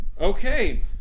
Okay